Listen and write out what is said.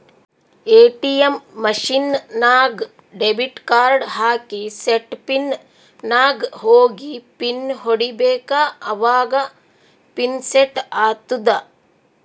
ATM machine ನಾಗ್ debit card ಹಾಕಿ set pin ನಾಗ್ ಹೋಗಿ ಪಿನ್ ಹೊಡಿಬೇಕ ಅವಾಗ ಪಿನ್ ಸೆಟ್ ಆತ್ತುದ